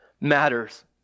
matters